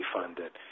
funded